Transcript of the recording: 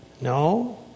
no